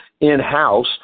in-house